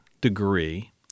degree